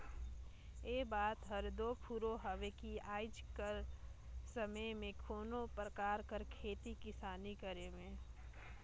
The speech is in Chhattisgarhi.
ए बात हर दो फुरों हवे कि आएज कर समे में कोनो परकार कर खेती किसानी करे में